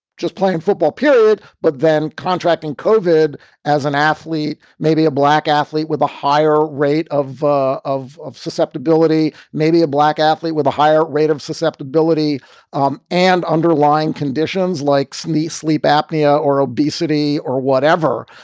just playing football, period, but then contract and covered as an athlete, maybe a black athlete with a higher rate of of of susceptibility, maybe a black athlete with a higher rate of susceptibility um and underlying conditions like sleep sleep apnea or obesity or whatever.